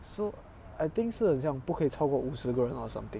so I think 是很像不可以超过五十个人 or something